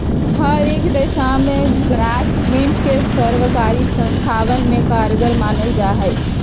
हर एक दशा में ग्रास्मेंट के सर्वकारी संस्थावन में कारगर मानल जाहई